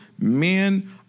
men